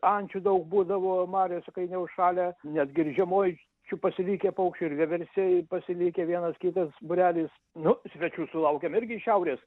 ančių daug būdavo mariose kai neužšalę netgi ir žiemoj čia pasilikę paukščiai ir vieversiai pasilikę vienas kitas būrelis nu svečių sulaukiam irgi iš šiaurės